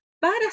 para